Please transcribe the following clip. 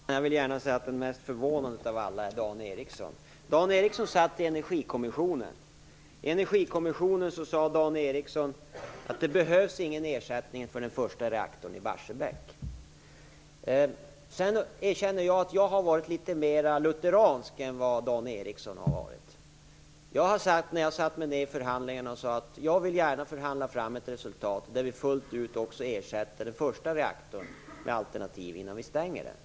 Herr talman! Jag vill gärna säga att den som förvånar mest av alla är Dan Ericsson. Dan Ericsson satt i Energikommissionen. I Energikommissionen sade Dan Ericsson att det inte behövs någon ersättning för den första reaktorn i Barsebäck. Jag erkänner att jag har varit litet mer lutheransk än vad Dan Ericsson har varit. Jag har, när jag har satt mig ned i förhandlingarna, sagt att jag vill gärna förhandla fram ett resultat där vi fullt ut ersätter den första reaktorn med alternativ innan vi stänger den.